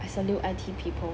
I salute I_T people